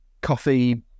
coffee